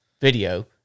video